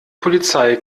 polizei